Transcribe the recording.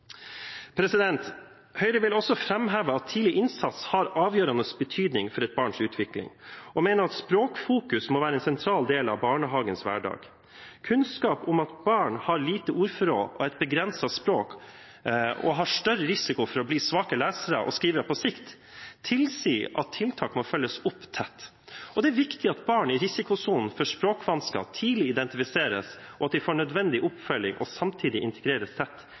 Høyre vil også framheve at tidlig innsats har avgjørende betydning for et barns utvikling og mener at språkfokus må være en sentral del av barnehagens hverdag. Kunnskap om at barn som har lite ordforråd og et begrenset språk, har større risiko for å bli svake lesere og skrivere på sikt, tilsier at tiltak må følges opp tett. Det er viktig at barn i risikosonen for språkvansker tidlig identifiseres, og at de får nødvendig oppfølging og samtidig integreres tett